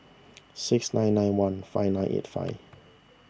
six nine nine one five nine eight five